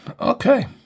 Okay